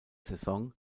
saison